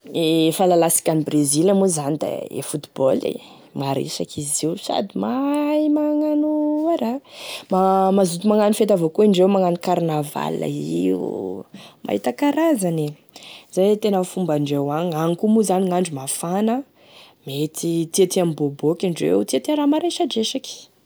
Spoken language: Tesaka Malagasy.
E fahalasika an'i Brésil moa zao da e football e, maresaky izy io sady mahay magnano a araha mazoto magnano fety avao koa indreo magnao carnaval io, mahita karazane, zay e tena fombandreo agny, agny koa moa zany gn'andro mafana, mety tiatia miboboky indreo, tiatia raha maresadresaky.